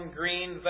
green